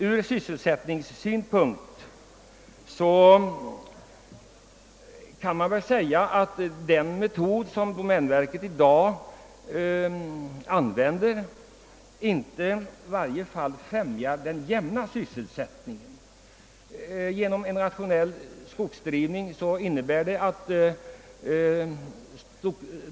Ur sysselsättningssynpunkt kan man säga att den metod som domänverket i dag använder i varje fall inte främjar den jämna sysselsättningen.